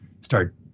start